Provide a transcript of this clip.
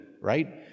right